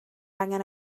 angen